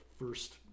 first